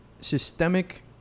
systemic